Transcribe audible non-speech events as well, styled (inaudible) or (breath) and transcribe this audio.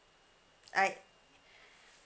alright (breath)